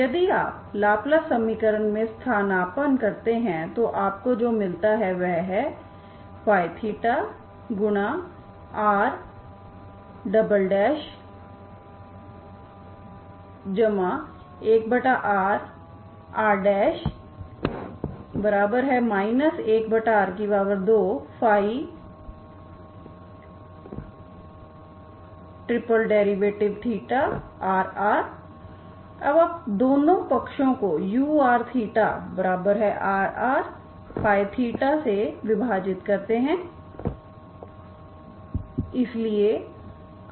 यदि आप लाप्लास समीकरण में स्थानापन्न करते हैं तो आपको जो मिलता है वह है ϴRr1rRr 1r2ϴR अब आप दोनों पक्षों को urθRrϴθ से विभाजित करते हैं